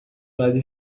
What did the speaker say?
lado